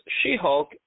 She-Hulk